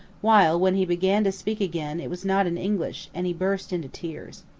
while, when he began to speak again, it was not in english, and he burst into tears.